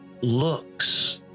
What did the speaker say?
looks